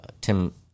Tim